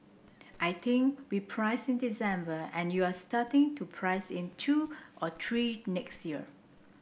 I think we priced in December and you're starting to price in two or three next year